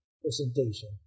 presentation